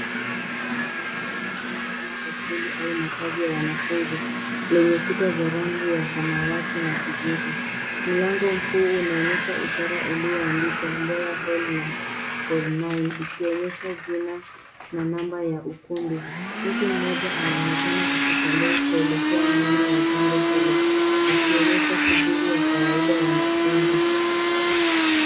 Jengo la ghorofa linaloonekana kama hosteli au makazi ya wanafunzi lenye kuta za rangi ya samawati na kijivu. Mlango mkuu unaonyesha ishara iliyoandikwa Mboya Hall na hall 9, ikionyesha jina na namba ya ukumbi. Mtu mmoja anaonekana akitembea kuelekea ndani ya jengo hili, akionyesha shughuli ya kawaida ya wanafunzi.